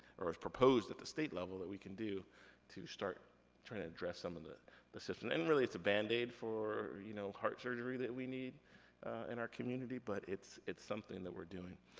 or that's proposed at the state level that we can do to start trying to address some of the the system. and really, it's a band-aid for you know heart surgery that we need in our community, but it's it's something that we're doing.